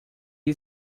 you